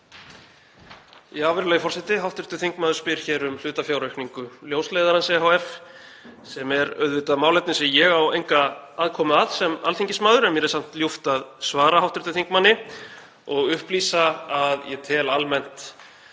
Virðulegi forseti. Hv. þingmaður spyr hér um hlutafjáraukningu Ljósleiðarans ehf. Það er auðvitað málefni sem ég á enga aðkomu að sem alþingismaður, en mér er samt ljúft að svara hv. þingmanni og upplýsa að ég tel almennt